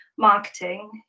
Marketing